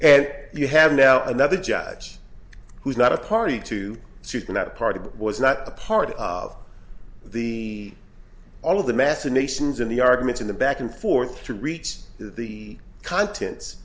and you have now another judge who's not a party to suit that part of that was not a part of the all of the massive nations in the arguments in the back and forth to reach the contents